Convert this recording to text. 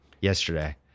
yesterday